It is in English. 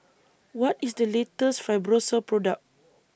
What IS The latest Fibrosol Product